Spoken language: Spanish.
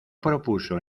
propuso